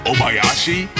Obayashi